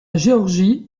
géorgie